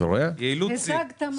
יעילות שיא.